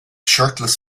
shirtless